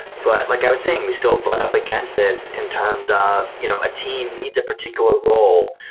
but like i was saying, we still but up against this in terms of you know a team needs a particular role.